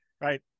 right